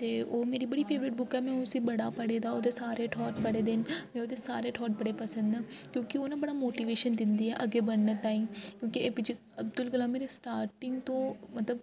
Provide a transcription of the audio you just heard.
ते ओह् मेरी बड़ी फेवरेट बुक ऐ में उसी बड़ा पढ़े दा ओह्दे सारे थॉट पढ़े दे में ओह्दे सारे थॉट बडे़ पसन्द न क्योंकि ओह् ना बड़ा मोटिवेशन दिंदी ऐ अग्गें बधने ताहीं क्योंकि A P J Abdul Kalam मेरे स्टार्टिंग तो